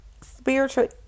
spiritual